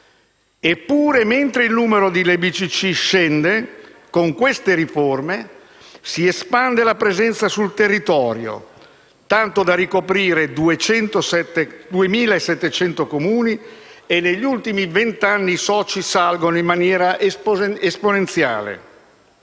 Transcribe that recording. Eppure, mentre il numero delle BCC scende, con queste riforme si espande la presenza sul territorio, tanto da ricoprire 2.700 Comuni, e negli ultimi vent'anni i soci salgono in maniera esponenziale.